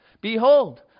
Behold